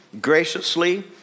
graciously